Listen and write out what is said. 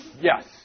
Yes